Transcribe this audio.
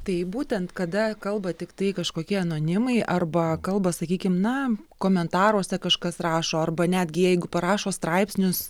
tai būtent kada kalba tiktai kažkokie anonimai arba kalba sakykim na komentaruose kažkas rašo arba netgi jeigu parašo straipsnius